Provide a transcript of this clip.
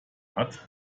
hat